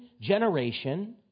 generation